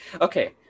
Okay